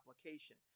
application